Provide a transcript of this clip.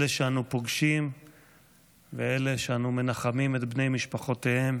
אלה שאנו פוגשים ואלה שאנו מנחמים את בני משפחותיהם,